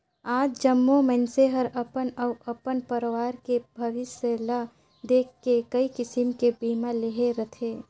आज जम्मो मइनसे हर अपन अउ अपन परवार के भविस्य ल देख के कइ किसम के बीमा लेहे रथें